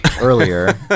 earlier